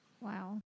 Wow